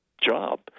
job